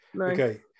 Okay